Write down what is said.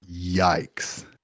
Yikes